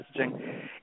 messaging